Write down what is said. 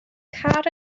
car